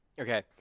Okay